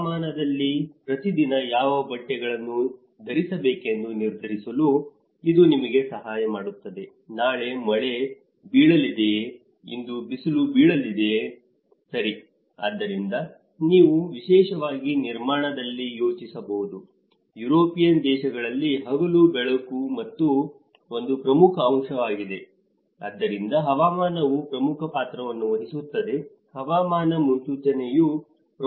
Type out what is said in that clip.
ಹವಾಮಾನದಲ್ಲಿ ಪ್ರತಿದಿನ ಯಾವ ಬಟ್ಟೆಗಳನ್ನು ಧರಿಸಬೇಕೆಂದು ನಿರ್ಧರಿಸಲು ಇದು ನಿಮಗೆ ಸಹಾಯ ಮಾಡುತ್ತದೆ ನಾಳೆ ಮಳೆ ಬೀಳಲಿದೆಯೇ ಇಂದು ಬಿಸಿಲು ಬೀಳುತ್ತದೆಯೇ ಸರಿ ಆದ್ದರಿಂದ ನೀವು ವಿಶೇಷವಾಗಿ ನಿರ್ಮಾಣದಲ್ಲಿ ಯೋಜಿಸಬಹುದು ಯುರೋಪಿಯನ್ ದೇಶಗಳಲ್ಲಿ ಹಗಲು ಬೆಳಕು ಒಂದು ಪ್ರಮುಖ ಅಂಶವಾಗಿದೆ ಆದ್ದರಿಂದ ಹವಾಮಾನವು ಪ್ರಮುಖ ಪಾತ್ರವನ್ನು ವಹಿಸುತ್ತದೆ ಹವಾಮಾನ ಮುನ್ಸೂಚನೆಯು ಪ್ರಮುಖ ಪಾತ್ರವನ್ನು ವಹಿಸುತ್ತದೆ